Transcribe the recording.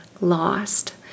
lost